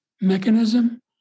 mechanism